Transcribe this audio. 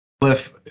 Cliff